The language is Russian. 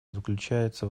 заключается